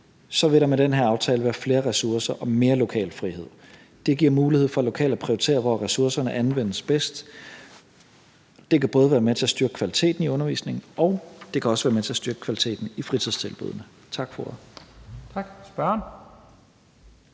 – vil der med den her aftale være flere ressourcer og mere lokal frihed. Det giver mulighed for lokalt at prioritere, hvor ressourcerne anvendes bedst. Det kan både være med til at styrke kvaliteten i undervisningen, og det kan også være med til at styrke kvaliteten i fritidstilbuddene. Tak for ordet.